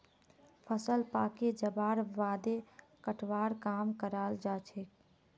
फसल पाके जबार बादे कटवार काम कराल जाछेक